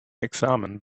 examen